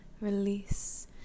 release